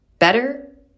Better